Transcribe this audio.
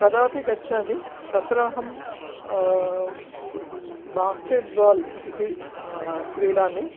कदापि गच्छामि तत्र अहं बास्केट् बाल् इति क्रीडामि